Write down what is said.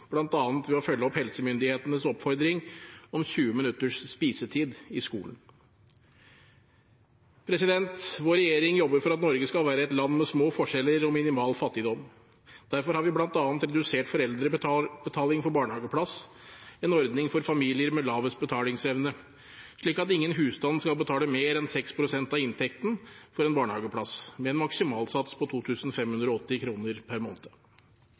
bl.a. ved å følge opp helsemyndighetenes oppfordring om 20 minutters spisetid i skolen. Vår regjering jobber for at Norge skal være et land med små forskjeller og minimal fattigdom. Derfor har vi bl.a. redusert foreldrebetaling for barnehageplass – en ordning for familier med lavest betalingsevne – slik at ingen husstand skal betale mer enn 6 pst. av inntekten for en barnehageplass med en maksimalsats på 2 580 kroner per måned.